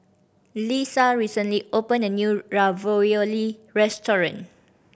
Leisa recently opened a new Ravioli restaurant